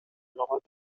لغات